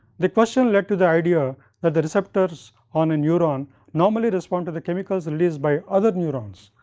the question led to the idea that the receptors on a neuron normally respond to the chemicals released by other neurons.